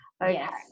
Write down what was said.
Yes